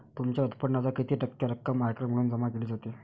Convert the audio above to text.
तुमच्या उत्पन्नाच्या किती टक्के रक्कम आयकर म्हणून जमा केली जाते?